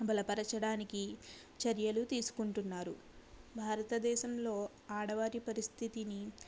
బలపరచడానికి చర్యలు తీసుకుంటున్నారు భారతదేశంలో ఆడవారి పరిస్థితిని